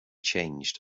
changed